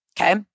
okay